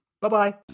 Bye-bye